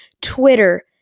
Twitter